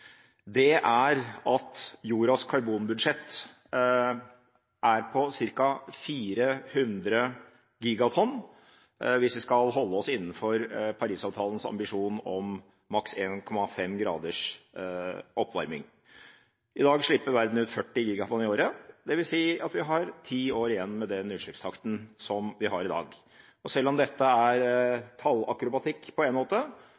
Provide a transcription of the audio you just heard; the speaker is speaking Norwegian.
fast, er at jordas karbonbudsjett må være på ca. 400 gigatonn hvis vi skal holde oss innenfor Paris-avtalens ambisjon om maks 1,5 graders oppvarming. I dag slipper verden ut 40 gigatonn i året, dvs. at vi har ti år igjen med den utslippstakten som vi har i dag. Selv om dette på en måte